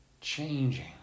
changing